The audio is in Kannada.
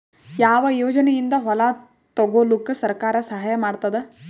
ಯಾವ ಯೋಜನೆಯಿಂದ ಹೊಲ ತೊಗೊಲುಕ ಸರ್ಕಾರ ಸಹಾಯ ಮಾಡತಾದ?